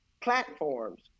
platforms